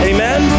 Amen